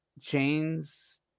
chains